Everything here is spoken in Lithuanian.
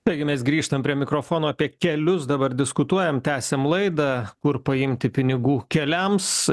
taigi mes grįžtam prie mikrofono apie kelius dabar diskutuojam tęsiam laidą kur paimti pinigų keliams